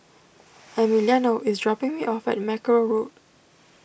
Emiliano is dropping me off at Mackerrow Road